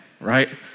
right